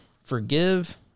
forgive